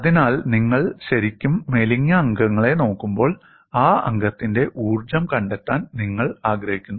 അതിനാൽ നിങ്ങൾ ശരിക്കും മെലിഞ്ഞ അംഗങ്ങളെ നോക്കുമ്പോൾ ആ അംഗത്തിന്റെ ഊർജ്ജം കണ്ടെത്താൻ നിങ്ങൾ ആഗ്രഹിക്കുന്നു